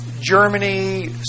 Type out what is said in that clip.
Germany